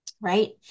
right